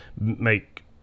make